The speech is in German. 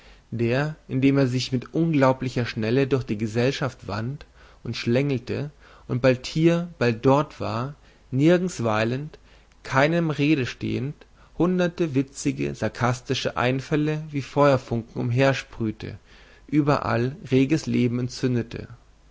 der indem er sich mit unglaublicher schnelle durch die gesellschaft wand und schlängelte und bald hier bald dort war nirgends weilend keinem rede stehend hundert witzige sarkastische einfälle wie feuerfunken umhersprühte überall reges leben entzündete